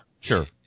sure